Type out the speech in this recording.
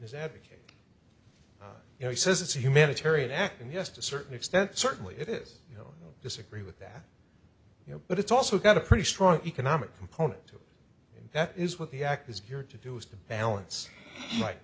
is advocate and he says it's a humanitarian act and yes to certain extent certainly it is you know disagree with that you know but it's also got a pretty strong economic component to that is what the act is here to do is to balance